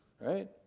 Right